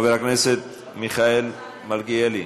חבר הכנסת מיכאל מלכיאלי,